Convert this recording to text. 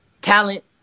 talent